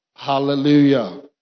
Hallelujah